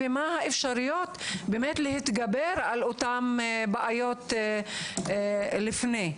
ומה האפשרויות להתגבר על אותן בעיות לפני?